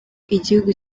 igihugu